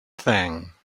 thing